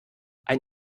ein